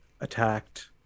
attacked